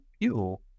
fuel